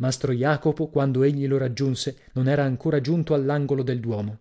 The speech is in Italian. mastro jacopo quando egli lo raggiunse non era ancora giunto all'angolo del duomo